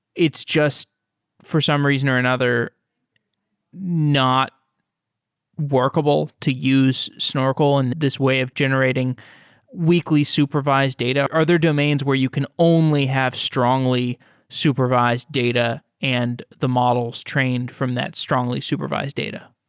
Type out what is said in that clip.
it's just for some reason or another not workable to use snorkel in this way of generating weekly supervised data? are there domains where you can only have strongly supervised data and the models trained from that strongly supervised data?